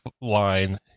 line